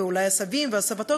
ואולי הסבים והסבתות,